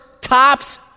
tops